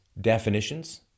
definitions